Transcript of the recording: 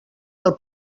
del